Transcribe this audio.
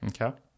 Okay